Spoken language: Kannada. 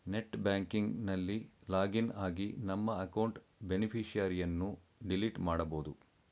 ನೆಟ್ ಬ್ಯಾಂಕಿಂಗ್ ನಲ್ಲಿ ಲಾಗಿನ್ ಆಗಿ ನಮ್ಮ ಅಕೌಂಟ್ ಬೇನಿಫಿಷರಿಯನ್ನು ಡಿಲೀಟ್ ಮಾಡಬೋದು